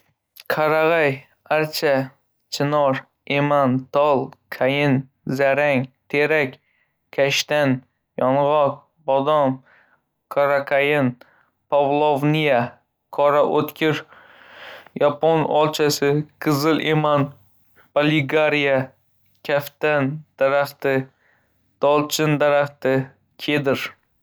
Qarag‘ay, archa, chinor, eman, tol, qayin, zarang, terak, kashtan, yong‘oq, bodom, qoraqayin, pavlovniya, qora o‘rik, yapon olchasi, qizil eman, paligariya, kaftan daraxti, dolchin daraxti, kedr.